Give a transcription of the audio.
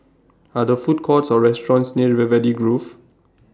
Are The Food Courts Or restaurants near River Valley Grove